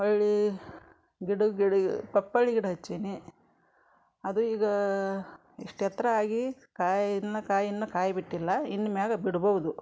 ಹೊಳ್ಳಿ ಗಿಡ ಗಿಡ್ಗ್ ಪಪ್ಪಳ್ಳಿ ಗಿಡ ಹಚ್ಚೀನಿ ಅದು ಈಗ ಇಷ್ಟು ಎತ್ತರ ಆಗಿ ಕಾಯಿ ಇನ್ನು ಕಾಯಿ ಇನ್ನೂ ಕಾಯಿ ಬಿಟ್ಟಿಲ್ಲ ಇನ್ನು ಮ್ಯಾಲ ಬಿಡ್ಬೌದು